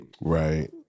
Right